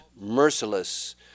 merciless